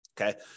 Okay